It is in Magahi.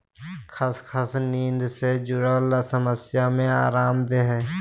खसखस नींद से जुरल समस्या में अराम देय हइ